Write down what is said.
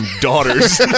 daughters